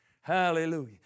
Hallelujah